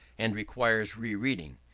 and requires re-reading.